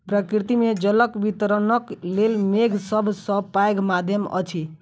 प्रकृति मे जलक वितरणक लेल मेघ सभ सॅ पैघ माध्यम अछि